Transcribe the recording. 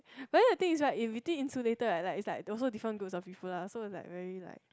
but then the thing is right is if you think insulated like is like is also different groups of people lah so is like very like